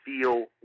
feel